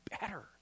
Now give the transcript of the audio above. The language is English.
better